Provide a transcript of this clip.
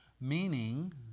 meaning